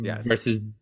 versus